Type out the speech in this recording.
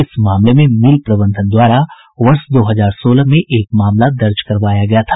इस मामले में मिल प्रबंधन द्वारा वर्ष दो हजार सोलह में एक मामला दर्ज करवाया गया था